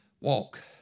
Walk